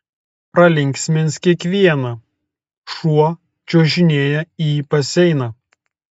pralinksmins kiekvieną šuo čiuožinėja į baseiną